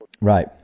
Right